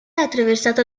attraversata